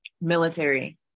military